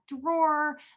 drawer